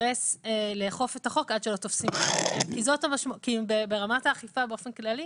אינטרס לאכוף את החוק עד שלא תופסים אותו ברמת האכיפה באופן כללי.